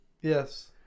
Yes